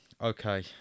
Okay